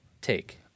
take